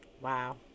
Wow